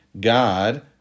God